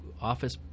office